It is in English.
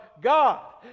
God